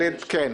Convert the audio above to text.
כן.